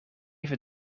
even